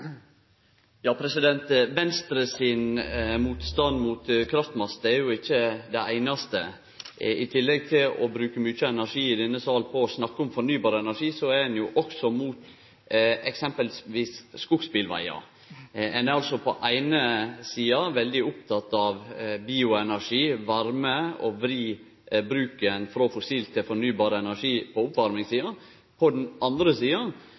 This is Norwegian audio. bruke mykje energi i denne sal på å snakke om fornybar energi er ein også imot eksempelvis skogsbilvegar. Ein er altså på den eine sida veldig oppteken av bioenergi og av å vri bruken frå fossil til fornybar energi på oppvarmingssida. På den andre sida